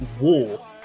war